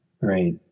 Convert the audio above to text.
right